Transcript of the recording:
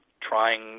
trying